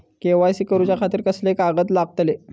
KYC करूच्या खातिर कसले कागद लागतले?